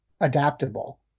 adaptable